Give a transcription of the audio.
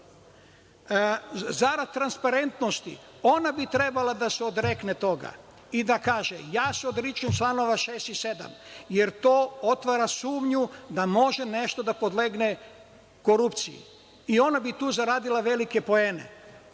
Zarad transparentnosti, ona bi trebalo da se odrekne toga i da kaže – ja se odričem članova 6. i 7, jer to otvara sumnju da može nešto da podlegne korupciji i ona bi tu zaradila velike poene,